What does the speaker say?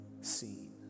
seen